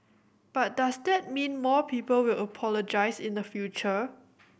but does that mean more people will apologise in the future